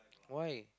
why